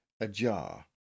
ajar